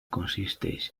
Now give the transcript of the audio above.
consisteix